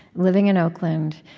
living in oakland,